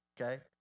okay